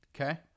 Okay